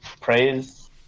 praise